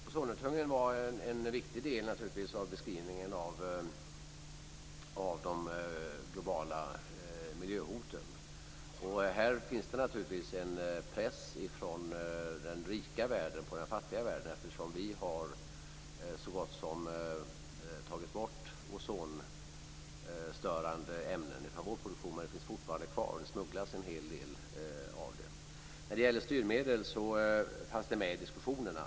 Fru talman! Ozonuttunningen var naturligtvis en viktig del av beskrivningen av de globala miljöhoten. Här finns det naturligtvis en press från den rika världen på den fattiga världen, eftersom vi så gott som har tagit bort ozonstörande ämnen från vår produktion. Men de finns fortfarande kvar. Det smugglas en hel del. Styrmedel fanns med i diskussionerna.